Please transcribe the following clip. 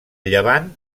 llevant